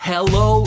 Hello